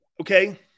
Okay